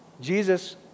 Jesus